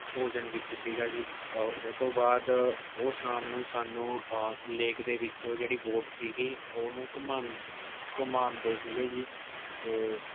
ਭੋਜਨ ਵਿੱਚ ਸੀਗਾ ਜੀ ਉਹਤੋਂ ਬਾਅਦ ਉਹ ਸ਼ਾਮ ਨੂੰ ਸਾਨੂੰ ਲੇਕ ਦੇ ਵਿੱਚੋਂ ਜਿਹੜੀ ਬੋਟ ਸੀਗੀ ਉਹਨੂੰ ਘੁਮਾਨ ਘੁਮਾਂਦੇ ਸੀਗੇ ਜੀ ਅਤੇ